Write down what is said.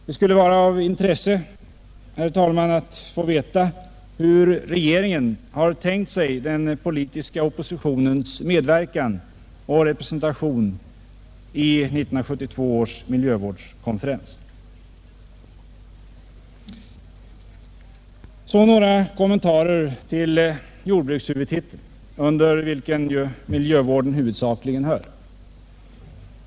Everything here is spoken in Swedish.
Det skulle vara av intresse, herr talman, att få veta hur regeringen har tänkt sig den politiska oppositionens medverkan och representation i 1972 års miljövårdskonferens. Så några kommentarer till jordbrukshuvudtiteln, under vilken miljövården huvudsakligen hör.